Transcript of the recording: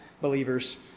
believers